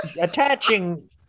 attaching